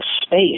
space